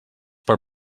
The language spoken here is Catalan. per